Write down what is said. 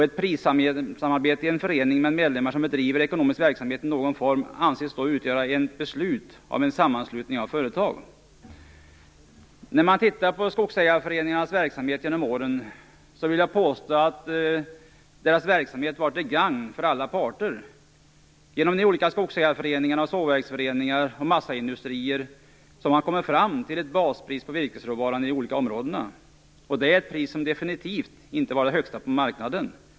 Ett prissamarbete i en förening med medlemmar som bedriver ekonomisk verksamhet i någon form anses utgöra ett beslut om en sammanslutning av företag. När man tittar på skogsägarföreningarnas verksamhet genom åren vill jag påstå att deras verksamhet har varit till gagn för alla parter. Genom de olika skogsägarföreningarna har sågverksföreningar och massaindustrier kommit fram till ett baspris på virkesråvaran i de olika områdena. Det är ett pris som definitivt inte var det högsta på marknaden.